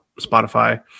Spotify